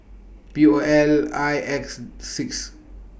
P O L I X six